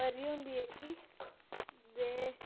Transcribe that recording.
परी होंदी जेह्की ते